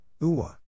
Uwa